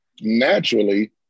naturally